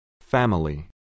Family